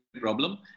problem